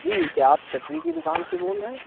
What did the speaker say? جی کیا آپ سبزی کی دکان سے بول رہے ہیں